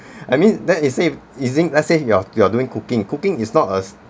I mean that is say using let's say you're you're doing cooking cooking is not as